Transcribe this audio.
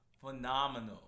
phenomenal